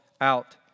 out